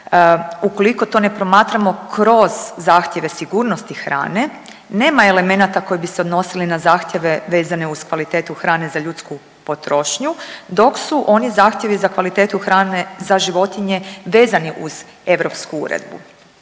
ukoliko to ne promatramo kroz zahtjeve sigurnosti hrane nema elemenata koji bi se odnosili na zahtjeve vezane uz kvalitetu hrane za ljudsku potrošnju dok su oni zahtjevi za kvalitetu hrane za životinje vezani uz europsku uredbu.